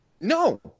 No